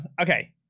okay